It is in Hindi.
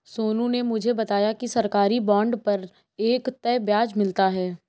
सोनू ने मुझे बताया कि सरकारी बॉन्ड पर एक तय ब्याज मिलता है